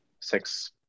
six